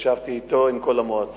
ישבתי אתו, עם כל המועצה,